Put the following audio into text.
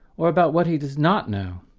or about what he does not know.